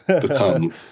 become